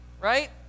right